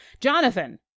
Jonathan